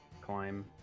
climb